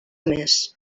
més